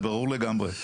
זה ברור לגמרי.